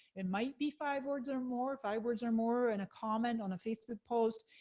it might be five words or more. five words or more in a comment, on a facebook post.